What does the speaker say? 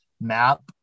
map